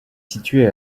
située